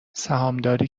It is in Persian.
سهامداری